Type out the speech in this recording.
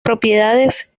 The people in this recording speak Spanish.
propiedades